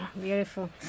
beautiful